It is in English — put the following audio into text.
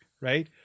right